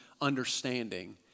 understanding